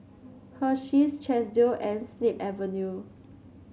Hersheys Chesdale and Snip Avenue